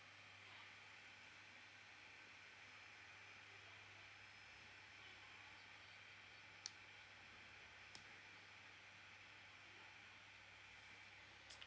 uh huh